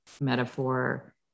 metaphor